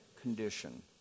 condition